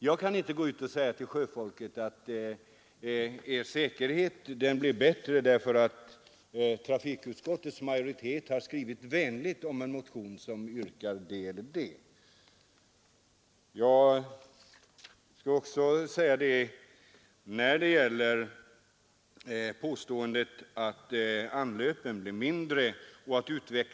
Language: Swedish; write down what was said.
Jag kan inte säga till sjöfolket att dess säkerhet blir bättre därför att trafikutskottets majoritet skriver vänligt om en motion där vissa yrkanden ställs.